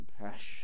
compassion